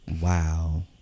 Wow